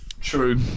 True